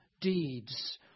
deeds